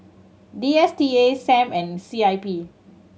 D S T A Sam and C I P